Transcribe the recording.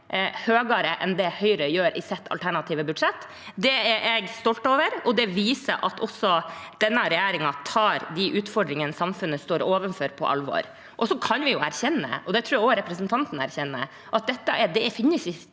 høyere enn det Høyre gjør i sitt alternative budsjett. Det er jeg stolt av, og det viser at også denne regjeringen tar de utfordringene samfunnet står overfor, på alvor. Så kan vi erkjenne, og det tror jeg også representanten gjør, at det definitivt ikke